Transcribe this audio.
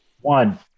One